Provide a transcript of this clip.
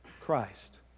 Christ